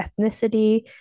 ethnicity